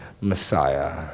messiah